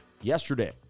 yesterday